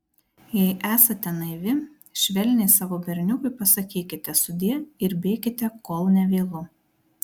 jei esate naivi švelniai savo berniukui pasakykite sudie ir bėkite kol nevėlu